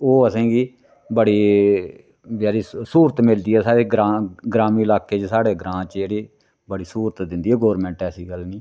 ते ओह् असेंगी बड़ी सूरत मिलदी ऐ साढ़े ग्रांऽ ग्रामीण लाके च साढ़े ग्रांऽ च जेह्ड़ी बड़ी स्हूलत दिंदी ऐ गोरमैंट ऐसी गल्ल नी